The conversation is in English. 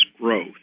growth